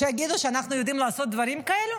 שיגידו שאנחנו יודעים לעשות דברים כאלו?